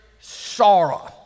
sorrow